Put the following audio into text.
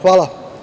Hvala.